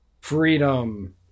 freedom